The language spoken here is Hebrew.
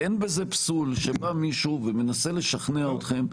ואין בזה פסול שבא מישהו ומנסה לשכנע אתכם,